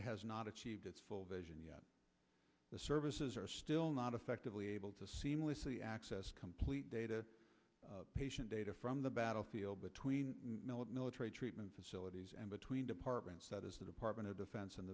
o has not achieved its full vision yet the services are still not effectively able to seamlessly access complete data patient data from the battlefield between military treatment facilities and between departments that is the department of defense and